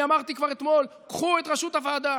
אני אמרתי כבר אתמול: קחו את ראשות הוועדה,